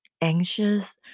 anxious